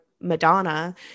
Madonna